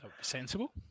sensible